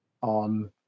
on